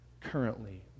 currently